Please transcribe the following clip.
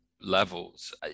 levels